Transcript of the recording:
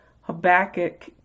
Habakkuk